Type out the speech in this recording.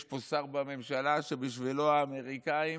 יש פה שר בממשלה שבשבילו האמריקאים,